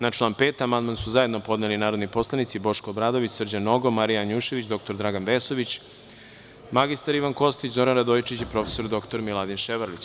Na član 5. amandman su zajedno podneli narodni poslanici Boško Obradović, Srđan Nogo, Marija Janjušević, dr Dragan Vesović, mr Ivan Kostić, Zoran Radojičić i prof. dr Miladin Ševarlić.